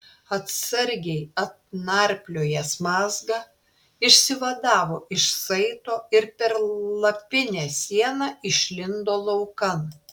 atsargiai atnarpliojęs mazgą išsivadavo iš saito ir per lapinę sieną išlindo laukan